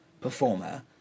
performer